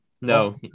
no